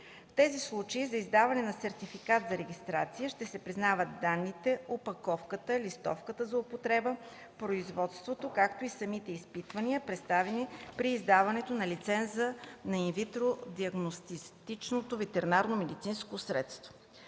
В тези случаи за издаването на сертификат за регистрация ще се признават данните, опаковката, листовката за употреба, производството, както и самите изпитвания, представени при издаването на лиценза на инвитро диагностичното ветеринарномедицинско средство.